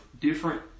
different